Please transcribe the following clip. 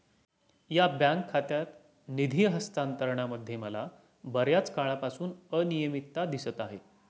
या बँक खात्यात निधी हस्तांतरणामध्ये मला बर्याच काळापासून अनियमितता दिसत आहे